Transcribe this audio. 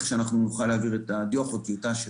שאנחנו נוכל להעביר את הדוח או טיוטה שלו.